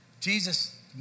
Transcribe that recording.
Jesus